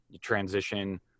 transition